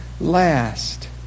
last